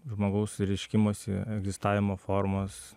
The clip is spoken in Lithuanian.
žmogaus reiškimosi egzistavimo formos